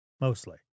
mostly